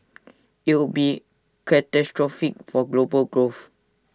IT would be catastrophic for global growth